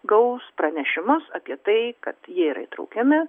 gaus pranešimus apie tai kad jie yra įtraukiami